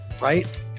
right